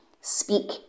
Speak